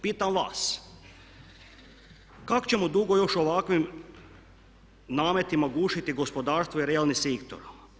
Pitam vas kak' ćemo dugo još ovakvim nametima gušiti gospodarstvo i realni sektor?